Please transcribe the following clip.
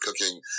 cooking